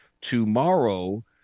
tomorrow